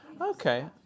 Okay